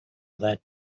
that